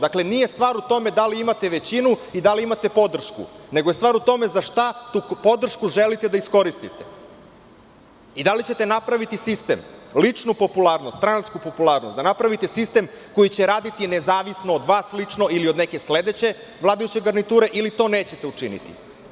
Dakle, nije stvar u tome da li imate većinu i da li imate podršku, nego je stvar u tome za šta tu podršku želite da iskoristite i da li ćete napraviti sistem, ličnu popularnost, stranačku popularnost, da napravite sistem koji će raditi nezavisno od vas lično ili od neke sledeće vladajuće garniture ili to nećete učiniti.